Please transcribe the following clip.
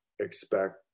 expect